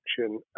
action